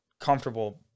comfortable